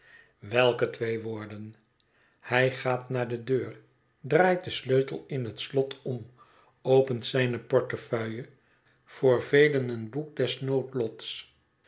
welke twee woorden hij gaat naar de deur draait den sleutel in het slot om opent zijne portefeuille voor velen een